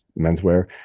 menswear